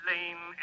Lane